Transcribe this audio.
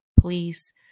please